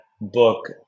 book